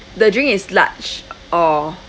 the drink is large or